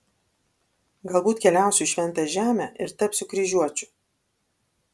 galbūt keliausiu į šventąją žemę ir tapsiu kryžiuočiu